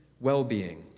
well-being